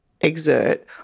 Exert